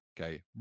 Okay